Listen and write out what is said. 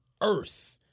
earth